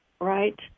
right